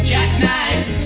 Jackknife